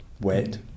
wet